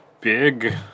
big